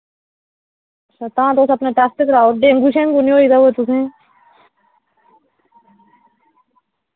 अच्छा तां तुस अपना टैस्ट कराओ डेंगू शेंगु नी होई दा होऐ तुसें